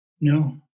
No